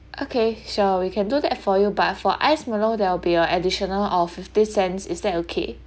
okay sure we can do that for you but for ice milo there'll be a additional of fifty cents is that okay